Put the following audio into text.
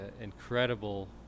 incredible